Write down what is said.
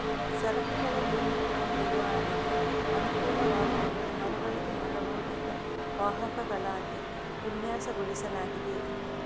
ಸರಕುಗಳ unit load ನಿರ್ವಹಣೆಗೆ ಅನುಕೂಲವಾಗುವಂತೆ ಮರು ಬಳಕೆ ಮಾಡಬಹುದಾದ ವಾಹಕಗಳಾಗಿ ವಿನ್ಯಾಸಗೊಳಿಸಲಾಗಿದೆ